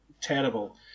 terrible